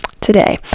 today